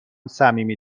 صمیمی